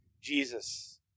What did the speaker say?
Jesus